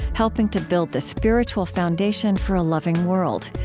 helping to build the spiritual foundation for a loving world.